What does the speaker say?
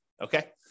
okay